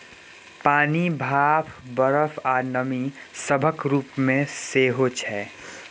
पानि, भाप, बरफ, आ नमी सभक रूप मे सेहो छै